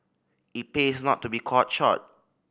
it pays not to be caught short